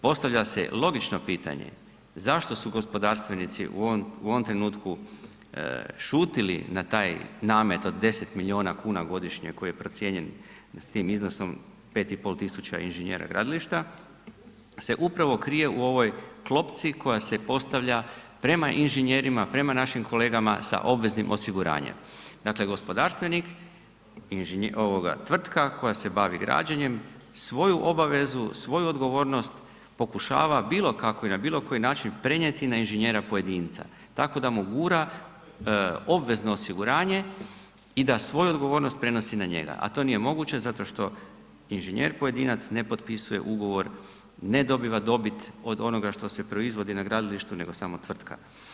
Postavlja se logično pitanje, zašto su gospodarstvenici u ovom, u ovom trenutku šutili na taj namet od 10 milijuna kuna godišnje koji je procijenjen da s tim iznosom 5500 inženjera gradilišta se upravo krije u ovoj klopci koja se postavlja prema inženjerima, prema našim kolegama sa obveznim osiguranjem, dakle gospodarstvenik, tvrtka koja se bavi građenjem svoju obavezu, svoju odgovornost pokušava bilo kako i na bilo koji način prenijeti na inženjera pojedinca tako da mu gura obvezno osiguranje i da svoju odgovornost prenosi na njega, a to nije moguće zato što inženjer pojedinac ne potpisuje ugovor, ne dobiva dobit od onoga što se proizvodi na gradilištu, nego samo tvrtka.